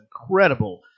incredible